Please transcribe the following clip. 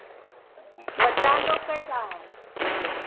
बच्चा लोग कैसा है